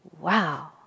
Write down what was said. wow